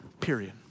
period